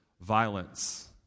violence